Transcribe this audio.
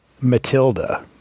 Matilda